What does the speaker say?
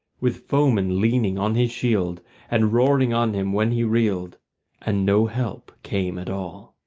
with foemen leaning on his shield and roaring on him when he reeled and no help came at all.